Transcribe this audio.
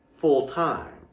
full-time